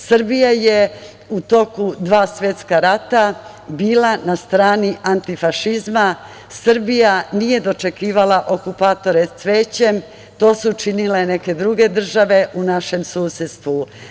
Srbija je u toku dva svetska rata bila na strani antifašizma, Srbija nije dočekivala okupatore cvećem, to su činile neke druge države u našem susedstvu.